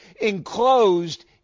enclosed